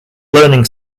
learning